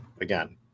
Again